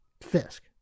Fisk